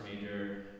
major